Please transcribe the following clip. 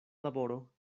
laboro